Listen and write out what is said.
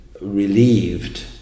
relieved